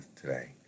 today